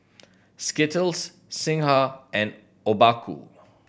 Skittles Singha and Obaku